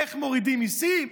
איך מורידים מיסים,